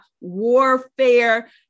warfare